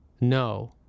no